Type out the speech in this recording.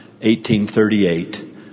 1838